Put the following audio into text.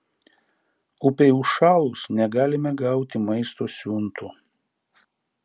upei užšalus negalime gauti maisto siuntų